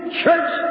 church